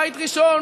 בית ראשון,